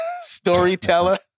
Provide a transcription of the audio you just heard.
Storyteller